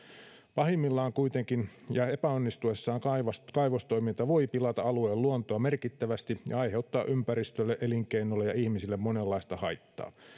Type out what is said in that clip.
pahimmillaan ja epäonnistuessaan kaivostoiminta voi kuitenkin pilata alueen luontoa merkittävästi ja aiheuttaa ympäristölle elinkeinoille ja ihmisille monenlaista haittaa